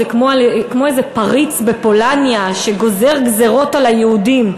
כי גזירות זה כמו איזה פריץ בפולניה שגוזר גזירות על היהודים.